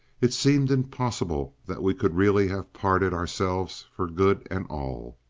it seemed impossible that we could really have parted ourselves for good and all.